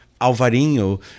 Alvarinho